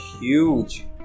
huge